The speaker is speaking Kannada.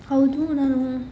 ಹೌದು ನಾನು